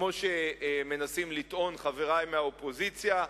כמו שמנסים לטעון חברי באופוזיציה,